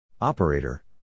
Operator